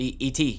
ET